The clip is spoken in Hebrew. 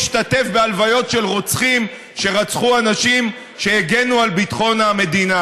להשתתף בהלוויות של רוצחים שרצחו אנשים שהגנו על ביטחון המדינה.